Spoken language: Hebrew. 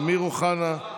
אמיר אוחנה,